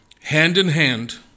hand-in-hand